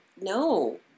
no